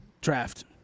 draft